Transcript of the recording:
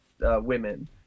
women